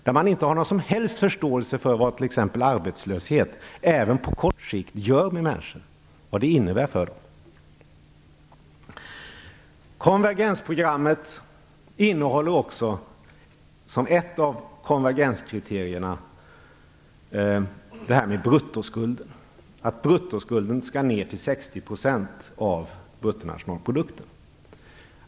Man har inte någon som helst förståelse för vad t.ex. arbetslöshet, även på kort sikt, gör med människor och vad det innebär för dem. Konvergensprogrammet innehåller också som ett av konvergenskriterierna detta med bruttoskulden. Bruttoskulden skall ner till 60 % av bruttonationalprodukten.